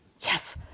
yes